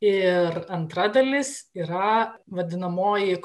ir antra dalis yra vadinamoji